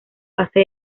fase